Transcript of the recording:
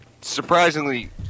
Surprisingly